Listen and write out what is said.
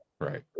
right